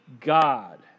God